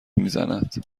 میزند